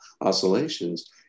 oscillations